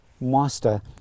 master